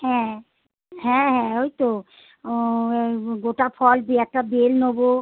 হ্যাঁ হ্যাঁ হ্যাঁ ওই তো ও গোটা ফল দিয়ে একটা বেল নেব